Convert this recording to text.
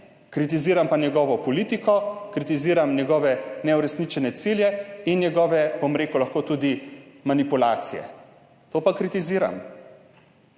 Kritiziram pa njegovo politiko, kritiziram njegove neuresničene cilje in njegove, bom rekel, lahko tudi manipulacije. To pa kritiziram.